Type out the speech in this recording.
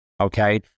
Okay